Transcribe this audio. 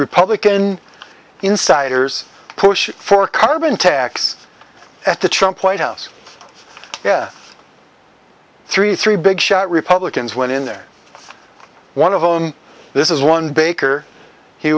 republican insiders pushing for carbon tax at the trump white house three three big shot republicans went in there one of them this is one baker he